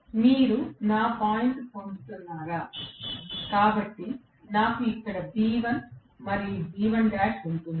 మీరు నా పాయింట్ పొందుతున్నారా కాబట్టి నాకు ఇప్పుడు B1 మరియు B1' ఉంటుంది